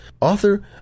author